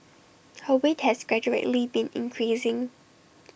her weight has gradually been increasing